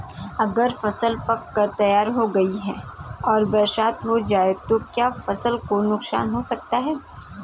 अगर फसल पक कर तैयार हो गई है और बरसात हो जाए तो क्या फसल को नुकसान हो सकता है?